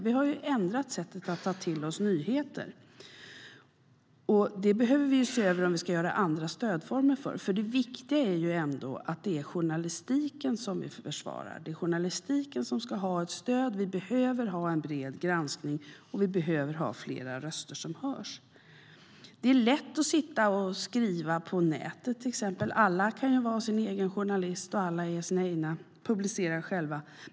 Vi har ändrat sättet att ta till oss nyheter, och det behöver vi se över när det gäller om vi ska ha andra stödformer. Det viktiga är ändå att det är journalistiken vi försvarar. Det är den som ska ha ett stöd. Vi behöver ha en bred granskning, och vi behöver ha fler röster som hörs. Det är lätt att skriva på nätet. Alla kan vara sin egen journalist, och alla kan publicera själva.